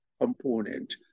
component